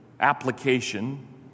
application